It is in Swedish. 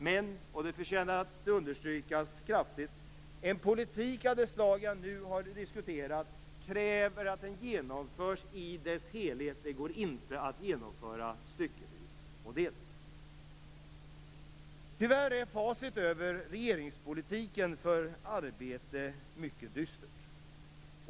Men, och det förtjänar att understrykas kraftigt, en politik av det slag som jag nu har diskuterat kräver att den genomförs i sin helhet, det går inte att genomföra den styckevis och delvis. Tyvärr är facit över regeringspolitiken för arbete mycket dystert.